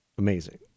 Amazing